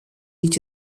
each